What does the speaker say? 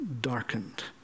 darkened